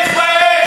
תתבייש.